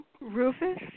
Rufus